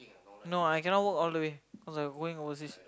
no I cannot work all the way cause I going overseas